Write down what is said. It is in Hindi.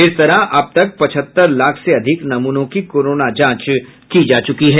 इस तरह अब तक पचहत्तर लाख से अधिक नमूनों की कोरोना जांच की जा चुकी है